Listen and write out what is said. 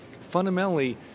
fundamentally